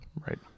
right